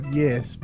yes